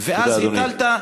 תודה, אדוני.